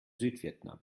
südvietnam